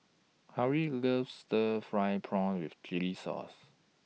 Halie loves Stir Fried Prawn with Chili Sauce